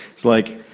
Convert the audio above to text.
it's like,